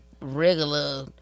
regular